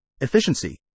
efficiency